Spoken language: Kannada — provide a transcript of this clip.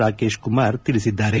ರಾಕೇಶ್ ಕುಮಾರ್ ತಿಳಿಸಿದ್ದಾರೆ